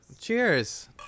Cheers